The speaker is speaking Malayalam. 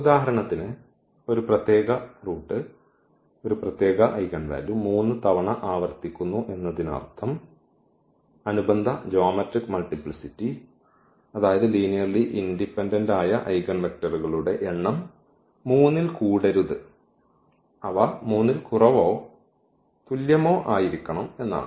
ഉദാഹരണത്തിന് ഒരു പ്രത്യേക റൂട്ട് ഒരു പ്രത്യേക ഐഗൻ വാല്യൂ 3 തവണ ആവർത്തിക്കുന്നു എന്നതിനർത്ഥം അനുബന്ധ ജ്യോമെട്രിക് മൾട്ടിപ്ലിസിറ്റി അതായത് ലീനിയർലി ഇൻഡിപെൻഡന്റ് ആയ ഐഗൻവെക്ടറുകളുടെ എണ്ണം 3 ൽ കൂടരുത് അവ 3 ൽ കുറവോ തുല്യമോ ആയിരിക്കണം എന്നാണ്